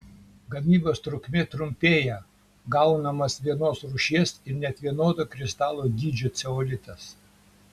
gamybos trukmė trumpėja gaunamas vienos rūšies ir net vienodo kristalų dydžio ceolitas